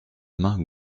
main